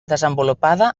desenvolupada